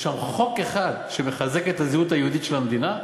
יש שם חוק אחד שמחזק את הזהות היהודית של המדינה?